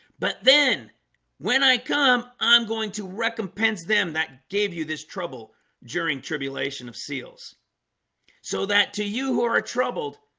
but then when i come i'm going to recompense them that gave you this trouble during tribulation of seals so that to you who are ah troubled